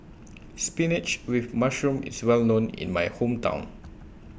Spinach with Mushroom IS Well known in My Hometown